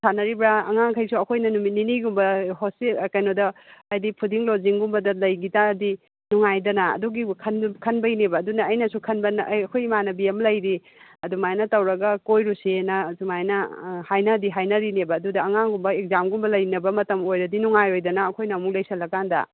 ꯊꯥꯅꯔꯤꯕ꯭ꯔꯥ ꯑꯉꯥꯡꯈꯩꯁꯨ ꯑꯩꯈꯣꯏꯅ ꯅꯨꯃꯤꯠ ꯅꯤꯅꯤꯒꯨꯝꯕ ꯍꯣꯁꯇꯦꯜ ꯀꯩꯅꯣꯗ ꯍꯥꯏꯗꯤ ꯐꯨꯗꯤꯡ ꯂꯣꯗꯖꯤꯡꯒꯨꯝꯕꯗ ꯂꯩꯈꯤ ꯇꯥꯔꯗꯤ ꯅꯨꯡꯉꯥꯏꯗꯅ ꯑꯗꯨꯒꯤꯕꯨ ꯈꯟꯕꯩꯅꯦꯕ ꯑꯗꯨꯅ ꯑꯩꯅꯁꯨ ꯈꯟꯕꯅ ꯏꯃꯥꯟꯅꯕꯤ ꯑꯃ ꯂꯩꯔꯤ ꯑꯗꯨꯃꯥꯏꯅ ꯇꯧꯔꯒ ꯀꯣꯏꯔꯨꯁꯦꯅ ꯑꯗꯨꯃꯥꯏꯅ ꯍꯥꯏꯅꯗꯤ ꯍꯥꯏꯅꯔꯤꯅꯦꯕ ꯑꯗꯨꯗ ꯑꯉꯥꯡꯒꯨꯝꯕ ꯑꯦꯛꯖꯥꯝꯒꯨꯝꯕ ꯂꯩꯅꯕ ꯃꯇꯝ ꯑꯣꯏꯔꯗꯤ ꯅꯨꯡꯉꯥꯏꯔꯣꯏꯗꯅ ꯑꯩꯈꯣꯏꯅ ꯑꯃꯨꯛ ꯂꯩꯁꯟꯂꯀꯥꯟꯗ